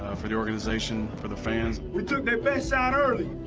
ah for the organization, for the fans. we took their best shot early,